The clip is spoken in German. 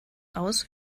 aus